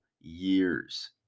years